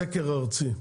סקר ארצי,